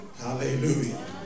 hallelujah